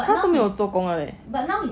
他都没有做工的了 leh